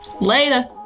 later